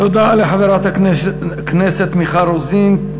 תודה לחברת הכנסת מיכל רוזין.